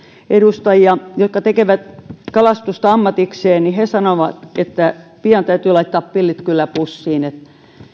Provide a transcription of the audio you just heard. edustajia jotka tekevät kalastusta ammatikseen ja he sanoivat että pian täytyy laittaa pillit kyllä pussiin